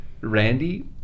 Randy